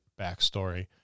backstory